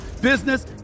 business